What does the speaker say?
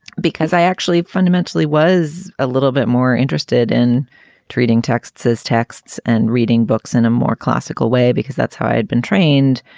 because i actually fundamentally was a little bit more interested in treating texts as texts and reading books in a more classical way, because that's how i had been trained.